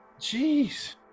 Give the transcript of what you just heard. Jeez